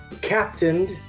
captained